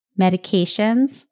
medications